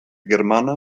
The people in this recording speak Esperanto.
germana